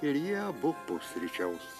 ir jie abu pusryčiaus